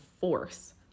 force